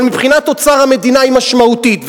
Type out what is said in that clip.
אבל מבחינת אוצר המדינה היא משמעותית.